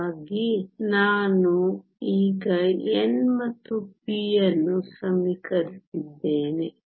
ಹಾಗಾಗಿ ನಾನು ಈಗ n ಮತ್ತು p ಅನ್ನು ಸಮೀಕರಿಸಿದ್ದೇನೆ